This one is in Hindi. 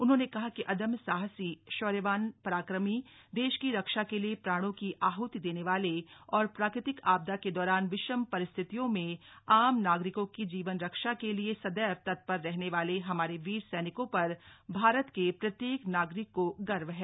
उन्होंने कहा कि अदम्य साहसी शौर्यवान पराक्रमी देश की रक्षा के लिए प्राणों की आहति देने वाले और प्राकृतिक आपदा के दौरान विषम परिस्थितियों में आम नागरिकों की जीवन रक्षा के लिए सदैव तत्पर रहने वाले हमारे वीर सैनिकों पर भारत के प्रत्येक नागरिक को गर्व है